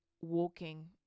walking